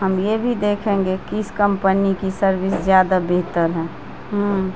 ہم یہ بھی دیکھیں گے کس کمپنی کی سروس زیادہ بہتر ہے